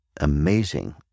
amazing